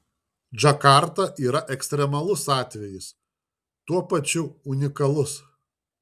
džakarta yra ekstremalus atvejis tuo pačiu unikalus